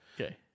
Okay